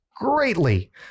greatly